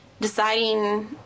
deciding